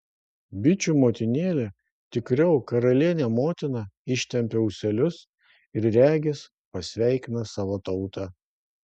bičių motinėlė tikriau karalienė motina ištempia ūselius ir regis pasveikina savo tautą